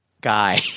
guy